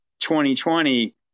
2020